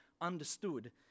understood